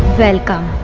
welcome.